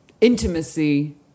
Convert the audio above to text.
intimacy